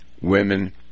women